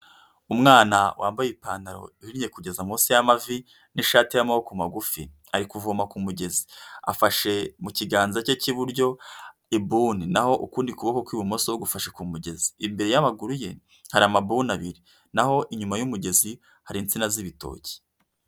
Umwana wambaye ipantaro ihinye kugeza munsi y'amavi, n'ishati y'amaboko magufi, ari kuvoma ku mugezi, afashe mu kiganza cye cy'iburyo ibuni, naho ukundi kuboko kw'ibumoso gushashe ku mugezi, imbere y'amaguru ye hari amabuni abiri, naho inyuma y'umugezi hari insina z'ibitoki.